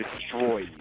destroy